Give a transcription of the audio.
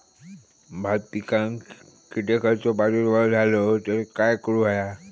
भात पिकांक कीटकांचो प्रादुर्भाव झालो तर काय करूक होया?